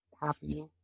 happy